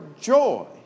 joy